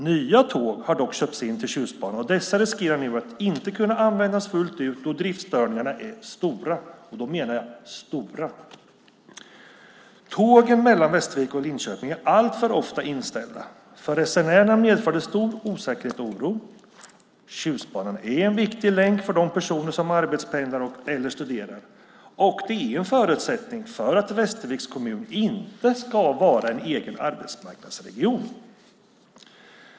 Nya tåg har dock köpts in för Tjustbanan. Dessa ser nu ut att inte kunna användas fullt ut, och driftstörningarna är stora - och då menar jag stora. Tågen mellan Västervik och Linköping är alltför ofta inställda. För resenärerna medför det stor oro och osäkerhet. Tjustbanan är en viktig länk för de personer som arbetspendlar eller studerar, och det är en förutsättning för att Västerviks kommun inte ska vara en egen arbetsmarknadsregion.